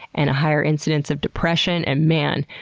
and a higher incidence of depression and, man,